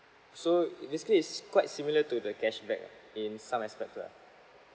so this case is quite similar to the cashback ah in some aspects lah